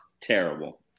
terrible